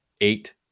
eight